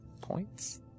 Points